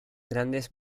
grandes